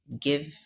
give